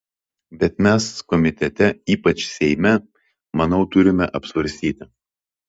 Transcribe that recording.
bet mes komitete ypač seime manau turime apsvarstyti